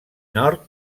nord